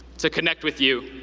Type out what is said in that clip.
to connect with you.